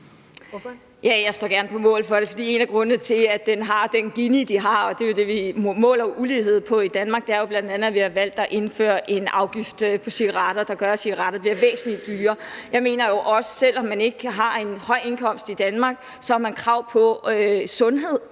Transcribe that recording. (SF): Ja, jeg står gerne på mål for det, for en af grundene til, at den viser den Ginikoefficient, den gør – og det er jo det, vi måler ulighed på i Danmark – er bl.a., at vi har valgt at indføre en afgift på cigaretter, der gør, at cigaretter bliver væsentlig dyrere. Jeg mener jo også, at selv om man ikke har en høj indkomst, har man i Danmark krav på sundhed.